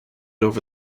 over